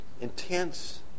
intense